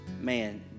man